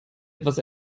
etwas